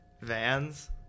Vans